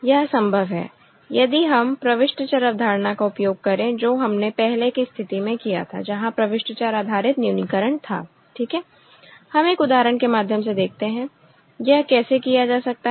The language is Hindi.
यह संभव है यदि हम प्रविष्ट चर अवधारणा का उपयोग करें जो हमने पहले की स्थिति में किया था जहां प्रविष्ट चर आधारित न्यूनीकरण था ठीक है हम एक उदाहरण के माध्यम से देखते हैं यह कैसे किया जा सकता है